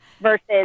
versus